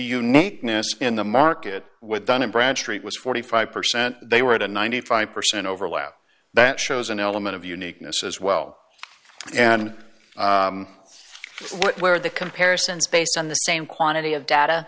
uniqueness in the market with dun and bradstreet was forty five percent they were at a ninety five percent overlap that shows an element of uniqueness as well and where the comparisons based on the same quantity of data